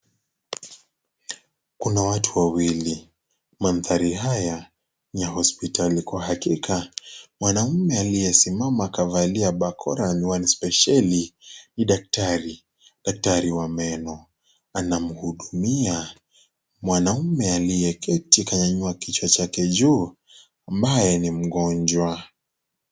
Kuna watu wawili. Mandhari haya ni ya hospitali kwa hakika. Mwanamume aliyesimama kavalia bakora wa spesheli ni daktari. Daktari wa meno anamhudumia mwanaume aliyeketi kanyanyua kichwa chake juu ambaye ni mgonjwa.